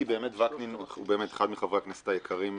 כי באמת וקנין הוא אחד מחברי הכנסת היקרים בכנסת,